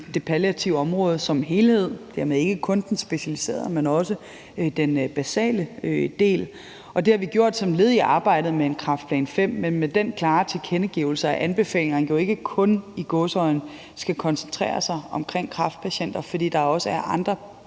det palliative område som helhed og dermed ikke kun den specialiserede del, men også den basale del. Og det har vi gjort som led i arbejdet med en kræftplan V, men med den klare tilkendegivelse, at anbefalingerne jo ikke kun – i gåseøjne – skal koncentrere sig om kræftpatienter, fordi der også er andre